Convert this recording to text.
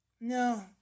no